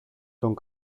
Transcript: τον